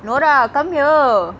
nora come here